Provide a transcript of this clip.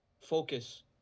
focus